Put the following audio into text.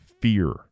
Fear